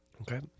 Okay